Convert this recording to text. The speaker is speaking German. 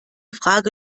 frage